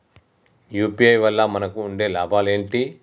UPI వల్ల మనకు ఉండే లాభాలు ఏంటి?